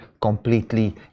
completely